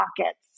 pockets